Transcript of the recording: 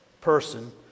person